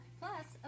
plus